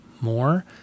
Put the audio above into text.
More